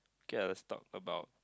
K let's talk about